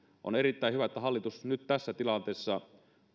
on erittäin hyvä että hallitus nyt tässä tilanteessa